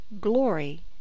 glory